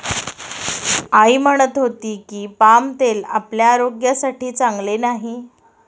आई म्हणत होती की, पाम तेल आपल्या आरोग्यासाठी चांगले नाही